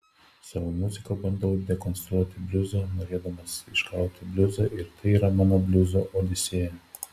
savo muzika bandau dekonstruoti bliuzą norėdamas išgauti bliuzą ir tai yra mano bliuzo odisėja